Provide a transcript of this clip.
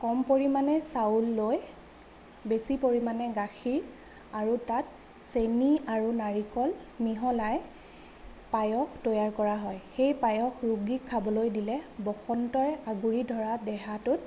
কম পৰিমাণে চাউল লৈ বেছি পৰিমাণে গাখীৰ আৰু তাত চেনী আৰু নাৰিকল মিহলাই পায়স তৈয়াৰ কৰা হয় সেই পায়স ৰোগীক খাবলৈ দিলে বসন্তই আগুৰি ধৰা দেহাটোত